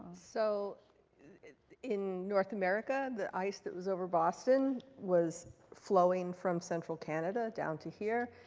so in north america, the ice that was over boston was flowing from central canada down to here.